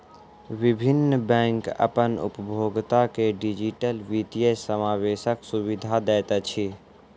विभिन्न बैंक अपन उपभोगता के डिजिटल वित्तीय समावेशक सुविधा दैत अछि